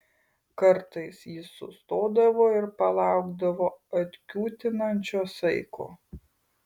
kartais jis sustodavo ir palaukdavo atkiūtinančio saiko